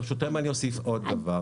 ברשותכם, אני אוסיף עוד דבר.